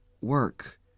work